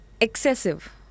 excessive